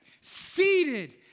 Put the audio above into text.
seated